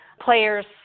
Players